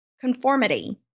conformity